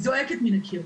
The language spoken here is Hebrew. היא זועקת מן הקיר.